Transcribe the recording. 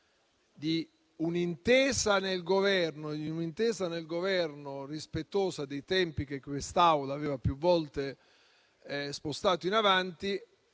di un’intesa nel Governo rispettosa dei tempi che quest’Assemblea aveva più volte spostato in avanti